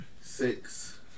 Six